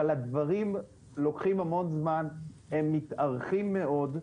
אבל הדברים לוקחים המון זמן, הם מתארכים מאוד.